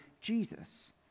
Jesus